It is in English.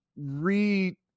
re